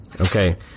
Okay